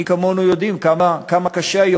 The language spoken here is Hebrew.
מי כמונו יודעים כמה קשה היום,